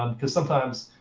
um because sometimes,